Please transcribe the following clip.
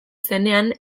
zenean